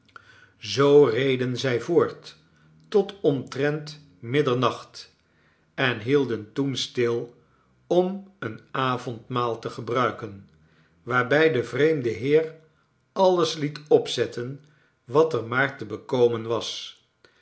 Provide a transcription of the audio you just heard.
zoo reden zij voort tot omtrent middernacht en hielden toen stil om een avondmaal te gebruiken waarbij de vreemde heer alles liet opzetten wat er maar te bekomen was